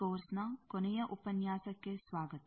ಈ ಕೋರ್ಸ್ ನ ಕೊನೆಯ ಉಪನ್ಯಾಸಕ್ಕೆ ಸ್ವಾಗತ